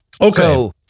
Okay